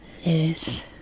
Yes